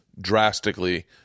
drastically